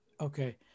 Okay